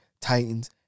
Titans